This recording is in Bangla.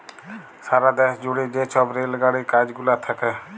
সারা দ্যাশ জুইড়ে যে ছব রেল গাড়ির কাজ গুলা থ্যাকে